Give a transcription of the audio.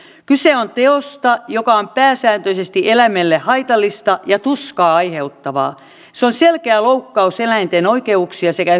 kyse on teosta joka on pääsääntöisesti eläimelle haitallista ja tuskaa aiheuttavaa se on selkeä loukkaus eläinten oikeuksia sekä